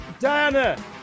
Diana